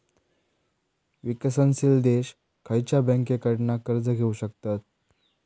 विकसनशील देश खयच्या बँकेंकडना कर्ज घेउ शकतत?